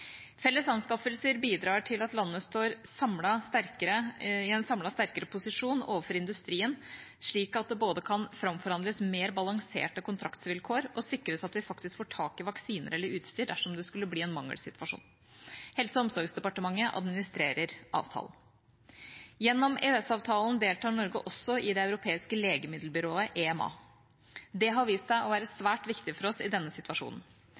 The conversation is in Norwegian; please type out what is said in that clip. Felles anskaffelser bidrar til at landene samlet står i en sterkere posisjon overfor industrien, slik at det både kan framforhandles mer balanserte kontraktsvilkår og sikres at vi faktisk får tak i vaksiner eller utstyr dersom det skulle bli en mangelsituasjon. Helse- og omsorgsdepartementet administrerer denne avtalen. Gjennom EØS-avtalen deltar Norge også i Det europeiske legemiddelbyrå, EMA. Det har vist seg å være svært viktig for oss i denne situasjonen.